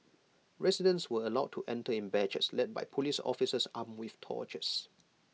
residents were allowed to enter in batches led by Police officers armed with torches